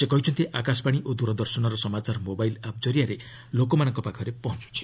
ସେ କହିଛନ୍ତି ଆକାଶବାଣୀ ଓ ଦୂରଦର୍ଶନର ସମାଚାର ମୋବାଇଲ୍ ଆପ୍ ଜରିଆରେ ଲୋକମାନଙ୍କ ପାଖରେ ପହଞ୍ଚୁଛି